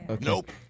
nope